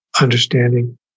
understanding